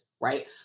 right